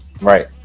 Right